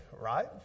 right